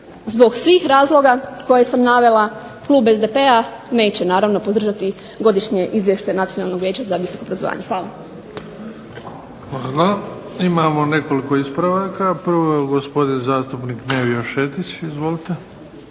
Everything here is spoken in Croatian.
Zbog svih razloga koje sam navela klub SDP-a neće naravno podržati godišnje izvješće Nacionalnog vijeća za visoko obrazovanje. Hvala.